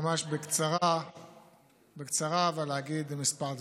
אני רוצה ממש בקצרה להגיב על כמה דברים.